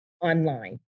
online